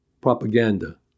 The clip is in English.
propaganda